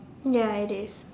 ya it is